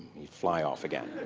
he'd fly off again.